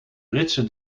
britse